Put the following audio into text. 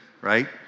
Right